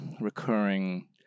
recurring